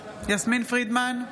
פרידמן,